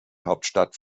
hauptstadt